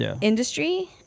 industry